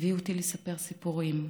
הביא אותי לספר סיפורים,